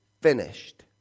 finished